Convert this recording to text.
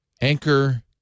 Anchor